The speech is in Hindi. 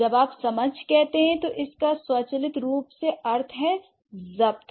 जब आप समझ कहते हैं तो इसका स्वचालित रूप से अर्थ है जब्त